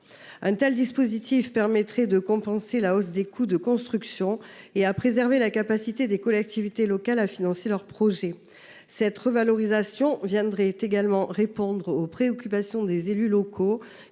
Un tel dispositif permettrait de compenser la hausse des coûts de construction et de préserver la capacité des collectivités locales à financer leurs projets. Cette revalorisation viendrait également répondre aux préoccupations des élus locaux,